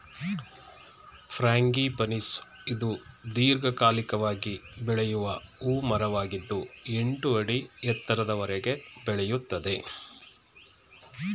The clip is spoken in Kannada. ಫ್ರಾಂಗಿಪನಿಸ್ ಇದು ದೀರ್ಘಕಾಲಿಕವಾಗಿ ಬೆಳೆಯುವ ಹೂ ಮರವಾಗಿದ್ದು ಎಂಟು ಅಡಿ ಎತ್ತರದವರೆಗೆ ಬೆಳೆಯುತ್ತದೆ